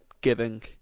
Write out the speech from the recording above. giving